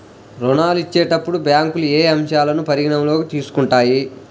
ఋణాలు ఇచ్చేటప్పుడు బ్యాంకులు ఏ అంశాలను పరిగణలోకి తీసుకుంటాయి?